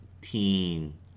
teen